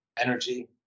energy